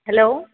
hello